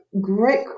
Great